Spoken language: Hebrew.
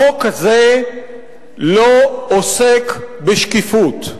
החוק הזה לא עוסק בשקיפות.